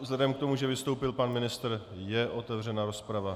Vzhledem k tomu, že vystoupil pan ministr, je otevřená rozprava.